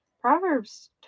proverbs